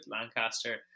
lancaster